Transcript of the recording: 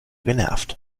genervt